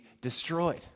destroyed